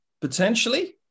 Potentially